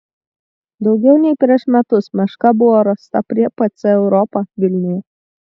daugiau nei prieš metus meška buvo rasta prie pc europa vilniuje